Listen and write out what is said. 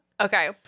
Okay